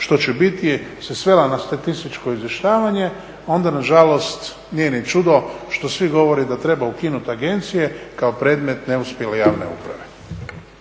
što će biti se svela na statističko izvještavanje onda na žalost nije ni čudo što svi govore da treba ukinuti agencije kao predmet neuspjele javne uprave.